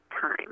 time